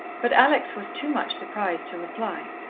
but alex was too much surprised to reply.